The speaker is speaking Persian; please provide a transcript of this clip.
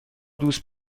دوست